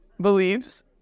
believes